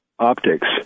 Optics